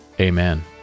amen